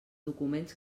documents